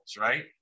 right